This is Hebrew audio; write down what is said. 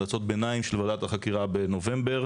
המלצות ביניים של ועדת החקירה בנובמבר,